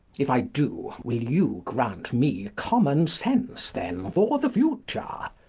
if i do, will you grant me common sense, then, for the future?